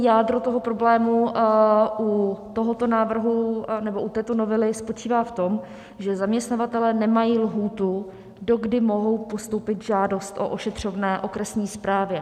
Jádro problému u tohoto návrhu nebo této novely spočívá v tom, že zaměstnavatelé nemají lhůtu, do kdy mohou postoupit žádost o ošetřovné okresní správě.